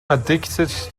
addicted